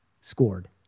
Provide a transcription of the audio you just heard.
scored